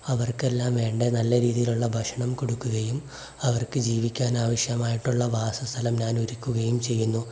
അവർക്കെല്ലാം വേണ്ട നല്ല രീതിയിലുള്ള ഭക്ഷണം കൊടുക്കുകയും അവർക്ക് ജീവിക്കാനാവശ്യമായിട്ടുള്ള വാസസ്ഥലം ഞാൻ ഒരുക്കുകയും ചെയ്യുന്നു